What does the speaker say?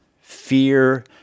fear